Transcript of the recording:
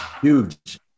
Huge